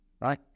right